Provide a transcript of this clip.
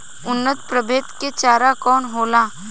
उन्नत प्रभेद के चारा कौन होला?